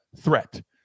threat